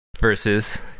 versus